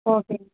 ஓகேங்க